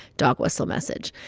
dog-whistle message.